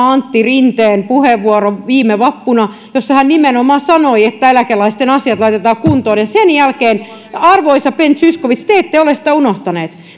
antti rinteen puheenvuoro viime vappuna jossa hän nimenomaan sanoi että eläkeläisten asiat laitetaan kuntoon ja sen jälkeen arvoisa ben zyskowicz te ette ole sitä unohtanut